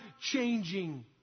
changing